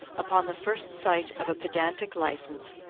upon the first sight of a pedantic licence,